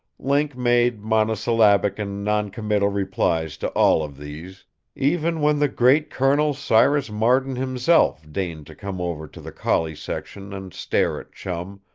link made monosyllabic and noncommittal replies to all of these even when the great col. cyrus marden himself deigned to come over to the collie section and stare at chum,